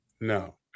no